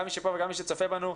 גם מי שפה וגם מי שצופה בנו,